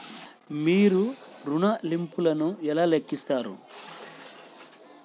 మీరు ఋణ ల్లింపులను ఎలా లెక్కిస్తారు?